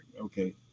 Okay